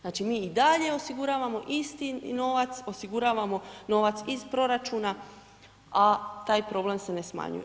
Znači mi i dalje osiguravamo isti novac, osiguravamo novac iz proračuna a taj problem se ne smanjuje.